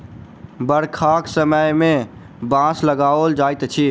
बरखाक समय मे बाँस लगाओल जाइत अछि